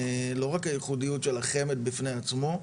לא רק הייחודיות של החמ"ד בפני עצמו,